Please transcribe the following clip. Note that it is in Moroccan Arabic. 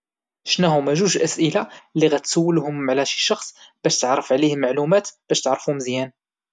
شناهوما جوج ديال الأسئلة اللي غادي تسولهم على شي شخص باش تعرف عليه معلومات باش تعرفو مزيان؟